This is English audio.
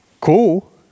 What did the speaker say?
cool